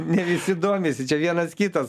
ne visi domisi čia vienas kitas